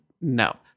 no